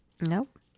Nope